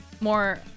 more